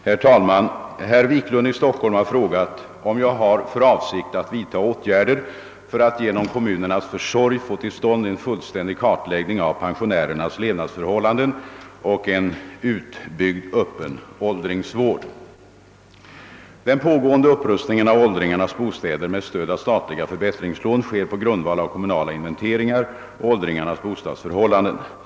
Herr talman! Herr Wiklund i Stockholm har frågat om jag har för avsikt att vidta åtgärder för att genom kommunernas försorg få till stånd en fullständig kartläggning av pensionärernas levnadsförhållanden och en utbyggd öppen åldringsvård. Den pågående upprustningen av åldringarnas bostäder med stöd av statliga förbättringslån sker på grundval av kommunala inventeringar av åldringarnas bostadsförhållanden.